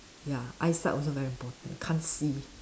ya eyesight also very important you can't see